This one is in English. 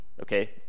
Okay